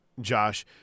Josh